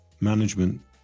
management